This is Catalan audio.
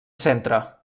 centre